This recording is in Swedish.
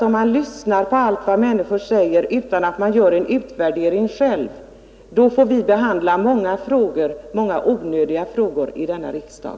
Om man lyssnar på allt vad människor säger utan att själv göra en utvärdering får vi behandla många onödiga frågor i denna riksdag.